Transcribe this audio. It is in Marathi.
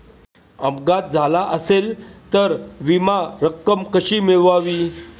अपघात झाला असेल तर विमा रक्कम कशी मिळवावी?